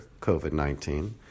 COVID-19